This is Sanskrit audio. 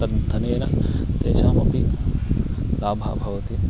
तद्धनेन तेषामपि लाभः भवति